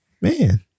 man